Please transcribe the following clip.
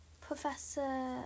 Professor